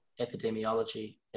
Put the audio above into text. epidemiology